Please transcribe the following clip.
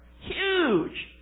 Huge